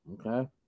Okay